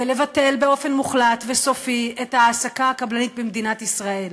ולבטל באופן מוחלט וסופי את ההעסקה הקבלנית במדינת ישראל.